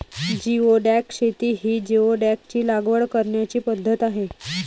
geoduck शेती ही जिओडॅकची लागवड करण्याची पद्धत आहे